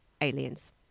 aliens